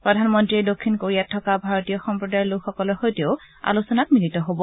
প্ৰধানমন্ত্ৰীয়ে দক্ষিণ কোৰিয়াত থকা ভাৰতীয় সম্প্ৰদায়ৰ লোকসকলৰ সৈতেও আলোচনাত মিলিত হব